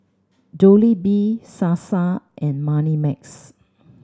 Jollibee Sasa and Moneymax